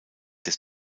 des